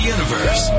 Universe